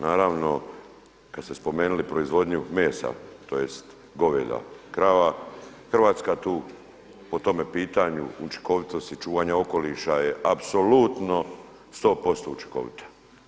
Naravno kada ste spomenuli proizvodnju mesa tj. goveda, krava Hrvatska tu po tome pitanju učinkovitosti čuvanja okoliša je apsolutno 100% učinkovita.